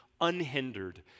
unhindered